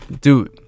Dude